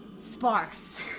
sparse